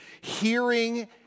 hearing